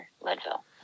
leadville